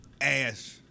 Ass